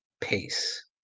pace